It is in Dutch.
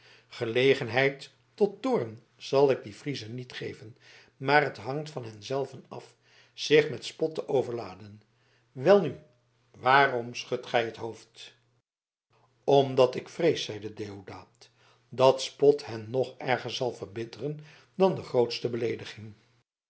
gelegenheid tot toorn zal ik dien friezen niet geven maar het hangt van hen zelven af zich met spot te overladen welnu waarom schudt gij het hoofd omdat ik vrees zeide deodaat dat spot hen nog erger zal verbitteren dan de grootste beleediging